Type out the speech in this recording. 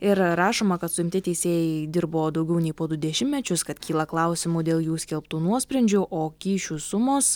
ir rašoma kad suimti teisėjai dirbo daugiau nei po du dešimtmečius kad kyla klausimų dėl jų skelbtų nuosprendžių o kyšių sumos